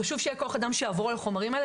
חשוב שיהיה כוח-אדם שיעבור על החומרים האלה,